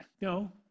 No